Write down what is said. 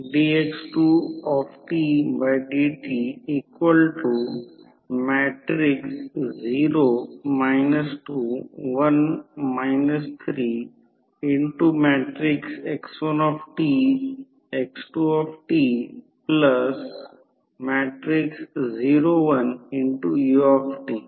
तर त्यामुळे loss component तेथे असेल जर लॉस कंपोनेंटचा विचार केला तर I0 प्रत्यक्षात V1 पासून 90° ने मागे पडत नाही किंवा ∅1 बरोबर फेजमध्ये नाही I0 मागे असेल